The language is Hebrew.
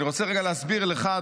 אני רוצה רגע להסביר לך,